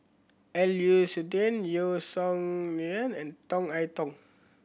L U Suitin Yeo Song Nian and Tong I Tong